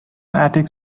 attic